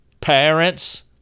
Parents